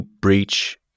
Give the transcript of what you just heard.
breach